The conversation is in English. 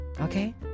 Okay